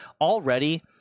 already